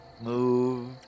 move